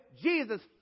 Jesus